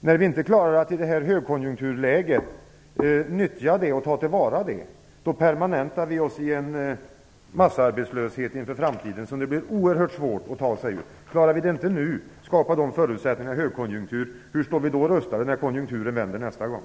När vi inte klarar att ta till vara och nyttja detta högkonjunkturläge permanentar vi oss i en massarbetslöshet inför framtiden, en massarbetslöshet som det blir oerhört svårt att ta sig ur. Om vi inte nu, i en högkonjunktur, klarar av att skapa de rätta förutsättningarna hur står vi då rustade när konjunkturen vänder nästa gång?